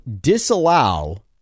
disallow